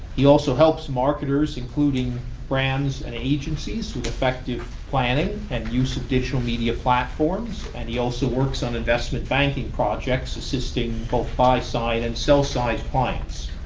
he also helps marketers, including brands and agencies, with effective planning and use of digital media platforms and he also works on investment banking projects, assisting both buy-side and sell-side clients.